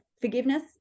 forgiveness